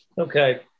Okay